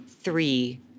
three